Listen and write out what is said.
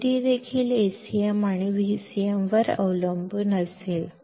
Vd Acm ಮತ್ತು Vcm ಅನ್ನು ಸಹ ಅವಲಂಬಿಸಿರುತ್ತದೆ